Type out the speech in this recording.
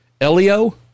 Elio